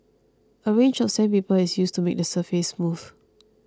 a range of sandpaper is used to make the surface smooth